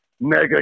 Mega